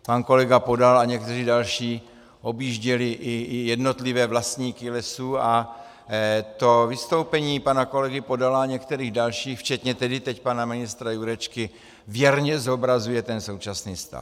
Pan kolega Podal a někteří další objížděli i jednotlivé vlastníky lesů a to vystoupení pana kolegy Podala a některých dalších, včetně tedy teď pana ministra Jurečky, věrně zobrazuje současný stav.